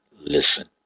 listen